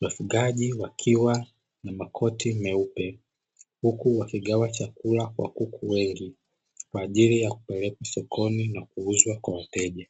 Wafugaji wakiwa na makoti meupe huku wakigawa chakula kwa kuku wengi kwa ajili ya kupelekwa sokoni na kuuzwa kwa wateja.